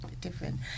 different